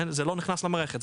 זה לא נכנס למערכת.